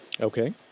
Okay